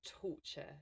torture